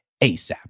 ASAP